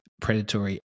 predatory